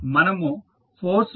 మనము ఫోర్స్ ను